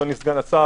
אדוני סגן השר,